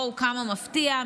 כמה מפתיע,